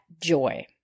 joy